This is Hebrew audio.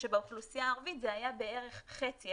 שבאוכלוסייה הערבית זה היה בערך חצי,